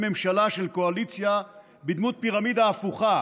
ממשלה של קואליציה בדמות פירמידה הפוכה